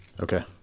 Okay